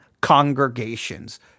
Congregations